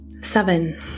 seven